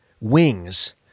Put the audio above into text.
wings